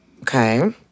Okay